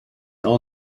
all